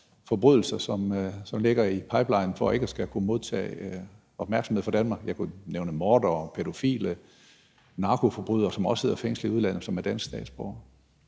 som ligger i pipelinen for ikke at skulle kunne modtage opmærksomhed fra Danmark? Jeg kunne nævne mordere, pædofile, narkoforbrydere, som også sidder fængslet i udlandet, som er danske statsborgere.